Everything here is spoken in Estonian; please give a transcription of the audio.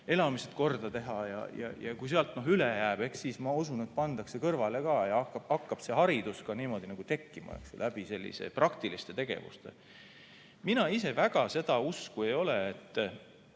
elamised korda teha ja kui sealt üle jääb, eks siis, ma usun, pannakse kõrvale ka ja hakkab see haridus niimoodi ka tekkima selliste praktiliste tegevuste kaudu. Mina ise väga seda usku ei ole, et